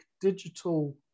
digital